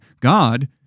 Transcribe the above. God